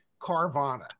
Carvana